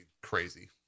crazy